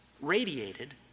radiated